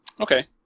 Okay